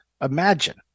Imagine